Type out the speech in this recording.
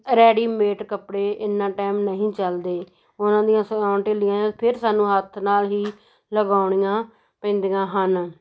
readymade ਕੱਪੜੇ ਇੰਨਾਂ time ਨਹੀਂ ਚੱਲਦੇ ਉਹਨਾਂ ਦੀਆਂ ਸਿਉਣ ਢਿੱਲੀਆਂ ਫਿਰ ਸਾਨੂੰ ਹੱਥ ਨਾਲ ਹੀ ਲਗਾਉਣੀਆਂ ਪੈਂਦੀਆਂ ਹਨ